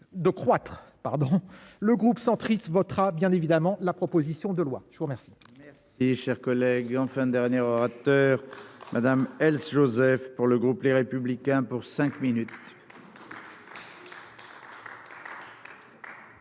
de croître, pardon, le groupe centriste votera bien évidemment la proposition de loi, je vous remercie. Et chers collègues, enfin, dernier orateur Madame Else Joseph pour le groupe Les Républicains pour 5 minutes.